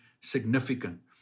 significant